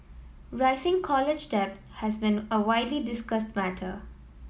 rising college debt has been a widely discussed matter